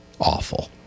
awful